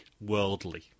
worldly